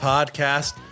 Podcast